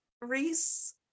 Reese